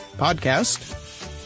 podcast